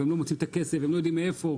ולא מוצאים את הכסף והם לא יודעים מאיפה.